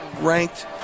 ranked